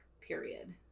period